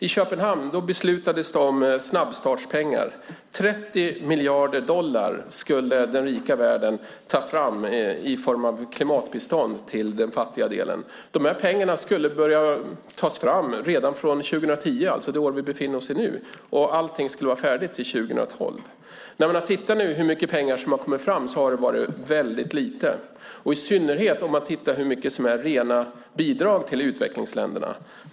I Köpenhamn beslutades om snabbstartspengar. 30 miljarder dollar skulle den rika världen ta fram i form av klimatbistånd till den fattiga delen. De pengarna skulle börja tas fram redan från 2010, alltså i år, och allt skulle vara färdigt till 2012. När man tittar på hur mycket pengar som har kommit fram ser man att det är väldigt lite. Det gäller i synnerhet det som är rena bidrag till utvecklingsländerna.